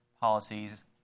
policies